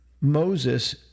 Moses